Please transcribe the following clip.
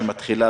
שנמשכת